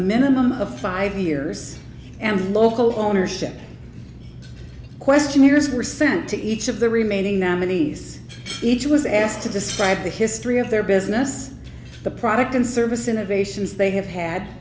minimum of five years and local ownership question years were sent to each of the remaining nominees each was asked to describe the history of their business the product and service innovations they have had